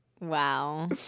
Wow